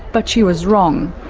but she was wrong.